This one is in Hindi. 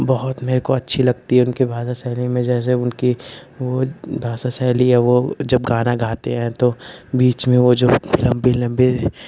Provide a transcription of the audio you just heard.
बहुत मेरे को अच्छी लगती है उनकी भाषा शैली में जैसे जब उनकी भाषा शैली है वो जब गाना गाते हैं तो बीच में वो जो लंबी लंबी